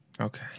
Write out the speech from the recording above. Okay